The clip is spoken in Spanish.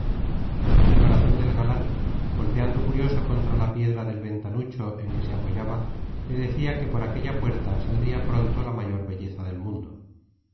el corazón del galán golpeando furioso contra la piedra del ventanucho en que se apoyaba le decía que por aquella puerta saldría pronto la mayor belleza del mundo